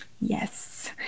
Yes